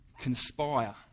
conspire